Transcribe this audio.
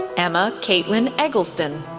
emma kaitlyn eggleston,